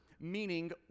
meaning